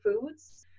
foods